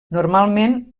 normalment